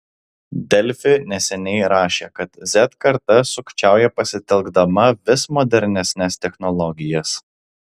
delfi neseniai rašė kad z karta sukčiauja pasitelkdama vis modernesnes technologijas